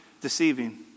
deceiving